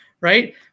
right